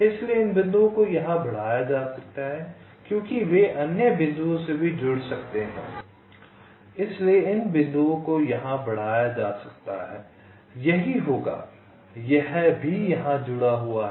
इसलिए इन बिंदुओं को यहां बढ़ाया जा सकता है क्योंकि वे अन्य बिंदुओं से भी जुड़ सकते हैं यही होगा यह भी यहां जुड़ा हुआ है